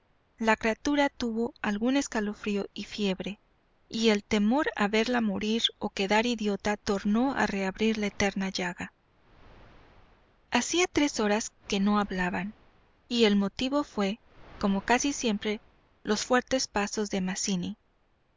la criatura tuvo algún escalofrío y fiebre y el temor a verla morir o quedar idiota tornó a reabrir la eterna llaga hacía tres horas que no hablaban y el motivo fué como casi siempre los fuertes pasos de mazzini